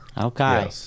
okay